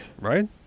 right